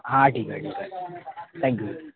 हां ठीक आहे ठीक आहे थँक्यू